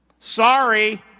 Sorry